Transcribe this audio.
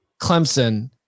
Clemson